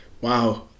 Wow